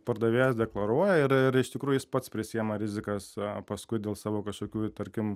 pardavėjas deklaruoja ir ir iš tikrųjų jis pats prisiima rizikas a paskui dėl savo kažkokių tarkim